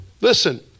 Listen